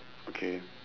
okay